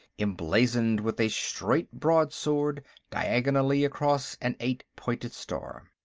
emblazoned with a straight broad-sword diagonally across an eight-pointed star.